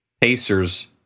Pacers